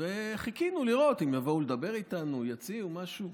וחיכינו לראות אם יבואו לדבר איתנו, יציעו משהו.